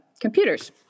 computers